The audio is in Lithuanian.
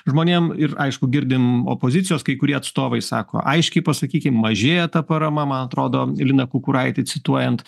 žmonėm ir aišku girdim opozicijos kai kurie atstovai sako aiškiai pasakykim mažėja ta parama man atrodo liną kukuraitį cituojant